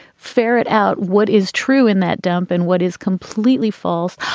ferret out what is true in that dump and what is completely false.